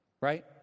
Right